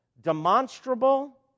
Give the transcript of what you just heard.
demonstrable